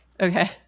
Okay